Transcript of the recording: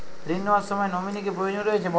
ঋণ নেওয়ার সময় নমিনি কি প্রয়োজন রয়েছে?